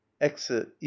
exit